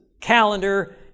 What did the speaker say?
calendar